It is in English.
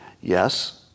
yes